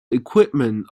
equipment